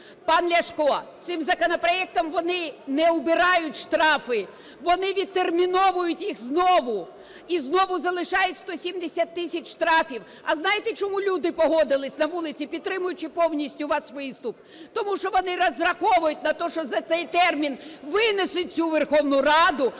Пане Ляшко, цим законопроектом вони не убирають штрафи, вони відтерміновують їх знову і знову залишають 170 тисяч штрафів. А знаєте, чому люди погодились на вулиці, підтримуючи повністю ваш виступ? Тому що вони розраховують на те, що за цей термін винесуть цю Верховну Раду,